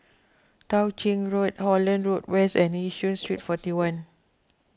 Tao Ching Road Holland Road West and Yishun Street forty one